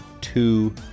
two